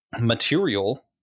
Material